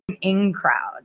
in-crowd